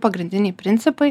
pagrindiniai principai